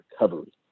recovery